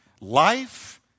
life